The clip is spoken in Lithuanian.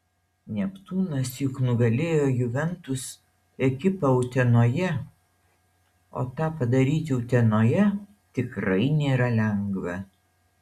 neptūnas juk nugalėjo juventus ekipą utenoje o tą padaryti utenoje tikrai nėra lengva